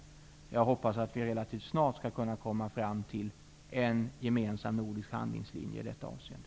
Jag hoppas att vi relativt snart skall kunna komma fram till en gemensam nordisk handlingslinje i detta avseende.